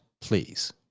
please